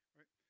Right